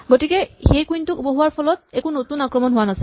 গতিকে সেই কুইন টোক বহুৱাৰ ফলত একো নতুন আক্ৰমণ হোৱা নাছিল